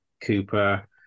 Cooper